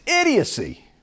idiocy